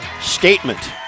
statement